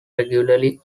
regularly